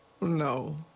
no